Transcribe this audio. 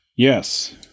Yes